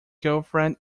girlfriend